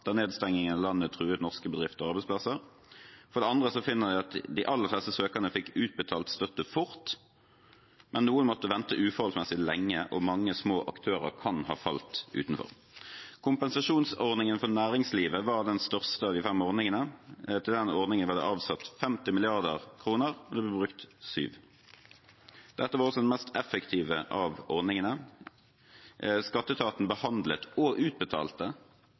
da nedstengingen av landet truet norske bedrifter og arbeidsplasser. For det andre finner de at de aller fleste søkerne fikk utbetalt støtte fort, men noen måtte vente uforholdsmessig lenge, og mange små aktører kan ha falt utenfor. Kompensasjonsordningen for næringslivet var den største av de fem ordningene. Til denne ordningen ble det avsatt 50 mrd. kr, og det ble brukt 7 mrd. kr. Dette var også den mest effektive av ordningene. Skatteetaten behandlet og utbetalte